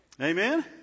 Amen